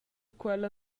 quella